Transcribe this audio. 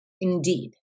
Indeed